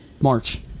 March